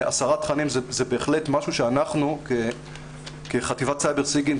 הסרת תכנים זה בהחלט משהו שאנחנו כחטיבת סייבר סיגנט